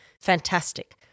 fantastic